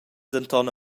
denton